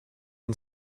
and